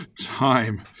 time